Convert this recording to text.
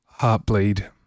Heartbleed